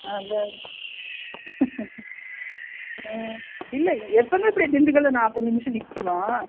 ஆ அதான் அதான் ம் இல்லை எப்போவுமே இப்படி திண்டுக்கல்ல நாற்பது நிமிஷம் நிற்குமா